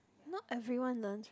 not everyone learns right